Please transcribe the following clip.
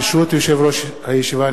ברשות יושב-ראש הישיבה,